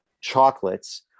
chocolates